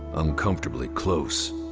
uncomfortably close,